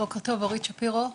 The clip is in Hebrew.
בוקר טוב, אורית שפירו,